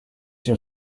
your